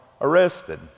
arrested